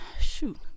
shoot